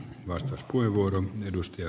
arvoisa puhemies